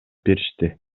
беришти